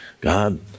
God